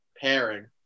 pairing